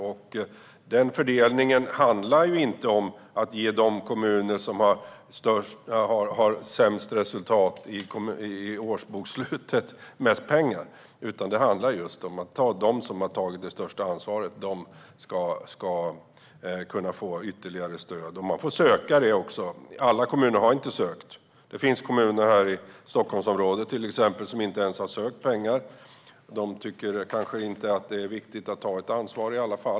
Denna fördelning handlar inte om att ge de kommuner som har sämst resultat i årsbokslutet mest pengar utan om att de som har tagit det största ansvaret ska kunna få ytterligare stöd. Kommunerna får söka denna bonus. Alla kommuner har inte sökt. Det finns kommuner till exempel här i Stockholmsområdet som inte ens har sökt pengar. De tycker kanske inte att det är viktigt att ta ett ansvar.